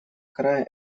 края